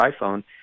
iPhone